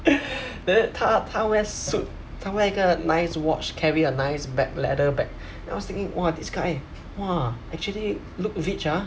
then 他他 wear suit 他 wear 一个 nice watch carry a nice bag leather bag then I was thinking !wah! this guy !wah! actually look rich ah